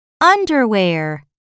Underwear